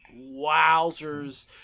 Wowzers